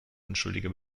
unschuldige